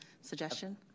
suggestion